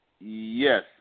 Yes